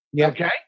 Okay